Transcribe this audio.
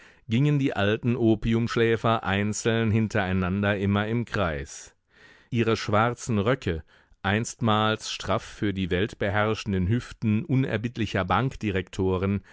gingen die alten opiumschläfer einzeln hintereinander immer im kreis ihre schwarzen röcke einstmals straff für die weltbeherrschenden hüften unerbittlicher